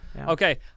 Okay